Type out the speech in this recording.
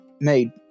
made